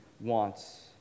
wants